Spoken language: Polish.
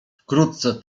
wkrótce